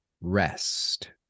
rest